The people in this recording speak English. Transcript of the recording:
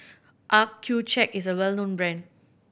accucheck is a well known brand